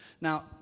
Now